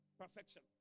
perfection